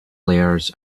layers